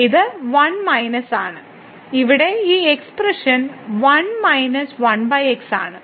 ഇത് 1 മൈനസ് ആണ് ഇവിടെ ഈ എക്സ്പ്രഷൻ 1 1 x ആണ്